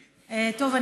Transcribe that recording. טוב,